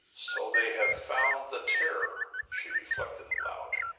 so they have found the terror, she reflected aloud.